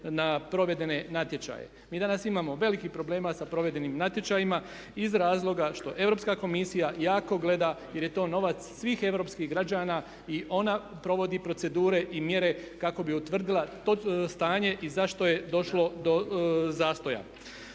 na provedene natječaje. Mi danas imamo velikih problema sa provedbenim natječajima iz razloga što Europska Komisija jako gleda jer je to novac svih europskih građana i ona provodi procedure i mjere kako bi utvrdila točno stanje i zašto je došlo do zastoja.